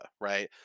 right